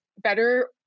better